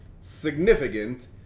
significant